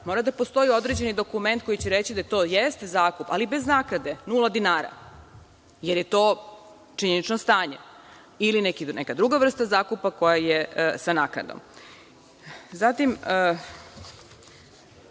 mora da postoji određeni dokument koji će reći da to jeste zakup ali bez naknade, nula dinara, jer je to činjenično stanje ili neka druga vrsta zakupa koja je sa naknadom. Zatim,